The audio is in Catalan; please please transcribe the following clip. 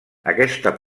aquesta